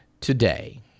today